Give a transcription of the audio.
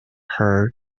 her